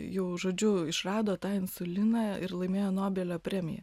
jau žodžiu išrado tą insuliną ir laimėjo nobelio premiją